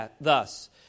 thus